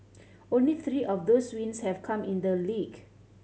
only three of those wins have come in the league